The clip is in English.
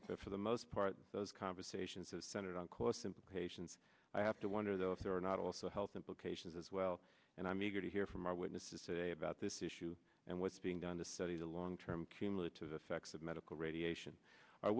for the most part those conversations that centered on cost implications i have to wonder though if there are not also health implications as well and i'm eager to hear from our witnesses today about this issue and what's being done to study the long term cumulative effects of medical radiation